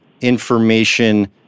information